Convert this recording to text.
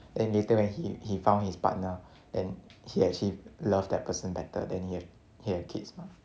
then later when he he found his partner then he actually love that person better then he have he have kids mah